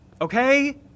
Okay